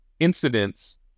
incidents